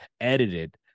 edited